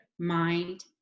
mind